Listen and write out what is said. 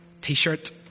T-shirt